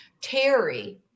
Terry